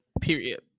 period